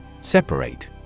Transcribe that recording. Separate